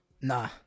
Nah